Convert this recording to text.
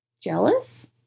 jealous